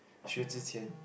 Xue-Zhi-Qian